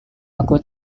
aku